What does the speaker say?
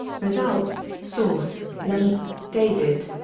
results source leip, david.